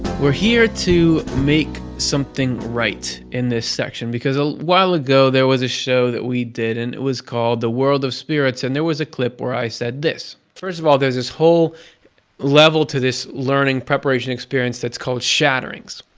we're here to make something right in this section, because a while ago there was a show that we did and it was called the world of spirits and there was a clip where i said this first of all there's this whole level to this learning preparation experience that's called shatterings